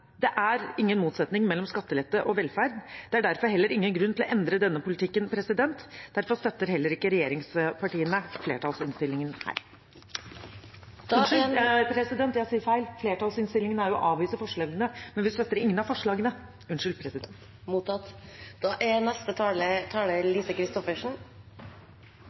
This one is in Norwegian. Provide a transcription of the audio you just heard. Det er ingen motsetning mellom skattelette og velferd. Det er derfor heller ingen grunn til å endre denne politikken. Derfor støtter heller ikke regjeringspartiene flertallsinnstillingen her – unnskyld, jeg sier feil, flertallsinnstillingen er jo å avvise forslagene. Vi støtter ingen av forslagene.